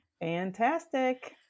Fantastic